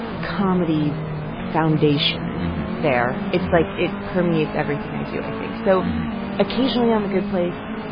comedy foundation there, it's, like, it permeates everything i do, i think. so occasionally on the good place,